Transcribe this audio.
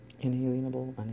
Inalienable